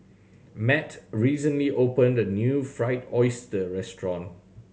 Matt recently opened a new Fried Oyster restaurant